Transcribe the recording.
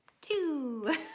two